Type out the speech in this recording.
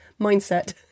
mindset